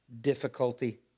difficulty